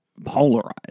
Polarized